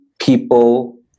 people